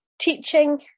teaching